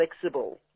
flexible